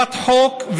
אכיפת חוק,